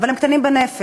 אבל הם קטנים בנפש,